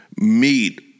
meet